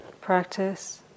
practice